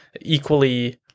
equally